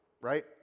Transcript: right